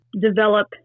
Develop